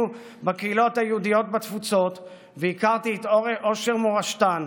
בקהילות היהודיות בתפוצות והכרתי את עושר מורשתן,